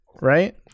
right